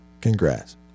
Congrats